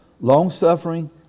Long-suffering